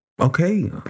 Okay